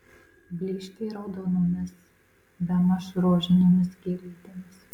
blyškiai raudonomis bemaž rožinėmis gėlytėmis